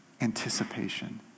anticipation